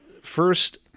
first